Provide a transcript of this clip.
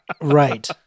Right